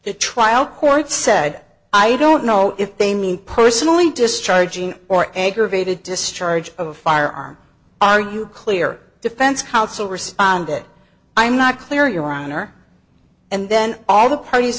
the trial court said i don't know if they mean personally discharging or aggravated discharge a firearm are you clear defense counsel responded i'm not clear your honor and then all the parties